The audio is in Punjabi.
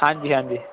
ਹਾਂਜੀ ਹਾਂਜੀ